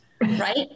right